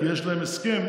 כי יש להם הסכם,